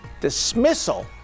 dismissal